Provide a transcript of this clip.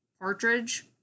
Partridge